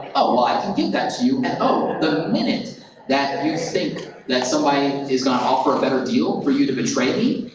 oh, well i can give that to you, and oh, the minute that you state that so somebody is gonna offer a better deal for you to betray me,